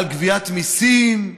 על גביית מיסים,